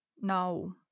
no